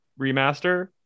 remaster